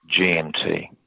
GMT